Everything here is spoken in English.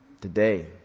today